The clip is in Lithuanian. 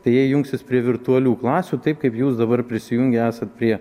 tai jie jungsis prie virtualių klasių taip kaip jūs dabar prisijungę esat prie